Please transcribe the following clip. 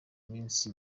minsi